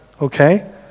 okay